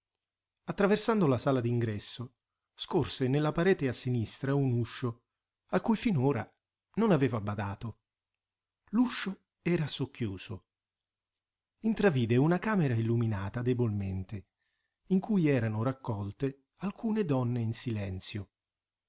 attraversando la sala d'ingresso scorse nella parete a sinistra un uscio a cui finora non aveva badato l'uscio era socchiuso intravide una camera illuminata debolmente in cui erano raccolte alcune donne in silenzio